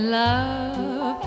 love